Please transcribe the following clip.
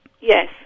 Yes